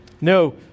No